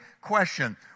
question